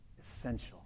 essential